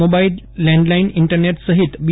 mobile landline internet સફિત બી